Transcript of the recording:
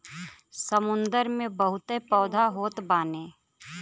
समुंदर में बहुते पौधा होत बाने